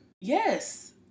Yes